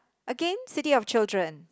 again city of children